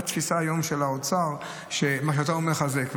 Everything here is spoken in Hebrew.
זו התפיסה היום של האוצר, מה שאתה עוד מחזק.